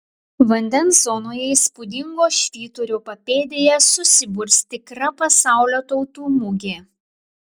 vandens zonoje įspūdingo švyturio papėdėje susiburs tikra pasaulio tautų mugė